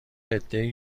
عدهای